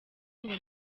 ngo